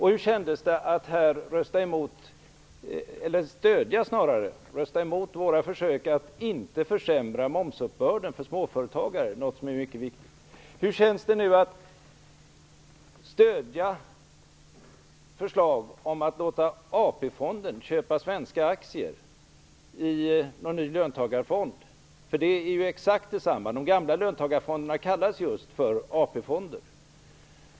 Hur kändes det att rösta emot våra försök att inte försämra momsuppbörden för småföretagare, något som är mycket viktigt? Hur känns det nu att stödja förslag om att låta AP-fonden köpa svenska aktier i en ny löntagarfond? Det är ju exakt detsamma. De gamla löntagarfonderna kallades just för AP-fonder.